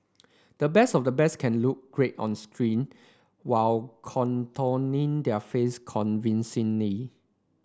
the best of the best can look great on screen while contorting their face convincingly